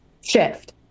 shift